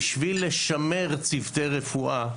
כדי לשמר צוותי רפואה,